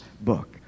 book